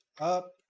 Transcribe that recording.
up